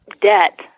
debt